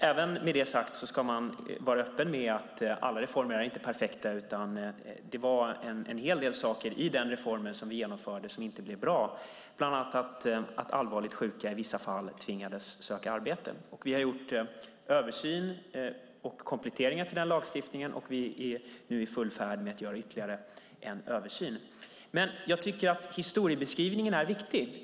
Med detta sagt ska man vara öppen med att alla reformer inte är perfekta. Det fanns en hel del saker i den reform vi genomförde som inte blev bra, bland annat att allvarligt sjuka i vissa fall tvingades söka arbete. Vi har gjort en översyn av och kompletteringar till lagstiftningen, och vi är nu i full färd med att göra ytterligare en översyn. Men jag tycker att historiebeskrivningen är viktig.